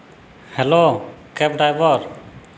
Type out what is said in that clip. hello cab driver